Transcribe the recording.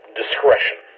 discretion